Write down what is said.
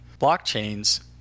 blockchains